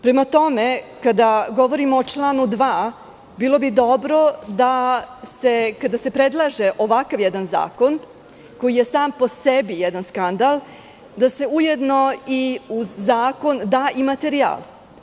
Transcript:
Prema tome, kada govorimo o članu 2, bilo bi dobro, kada se predlaže ovakav jedan zakon koji je sam po sebi jedan skandal, da se ujedno i uz zakon dostavi i materijal.